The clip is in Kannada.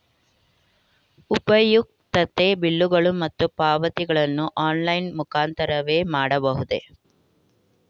ಉಪಯುಕ್ತತೆ ಬಿಲ್ಲುಗಳು ಮತ್ತು ಪಾವತಿಗಳನ್ನು ಆನ್ಲೈನ್ ಮುಖಾಂತರವೇ ಮಾಡಬಹುದೇ?